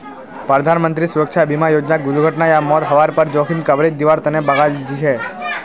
प्रधानमंत्री सुरक्षा बीमा योजनाक दुर्घटना या मौत हवार पर जोखिम कवरेज दिवार तने बनाल छीले